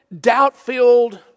doubt-filled